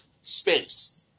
space